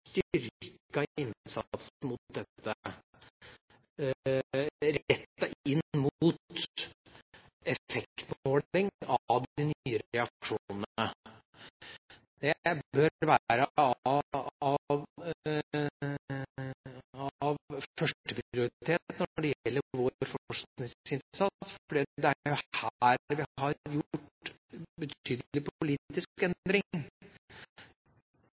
mot dette rettet inn mot effektmåling av de nye reaksjonene. Det bør være førsteprioritet når det gjelder vår forskningsinnsats, fordi det er her vi har gjort betydelig politisk endring, i stor grad samstemmig, her i huset. Det er jeg svært villig til å se på,